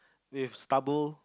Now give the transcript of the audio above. with stubble